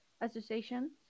Association